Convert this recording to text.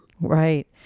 Right